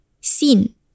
seen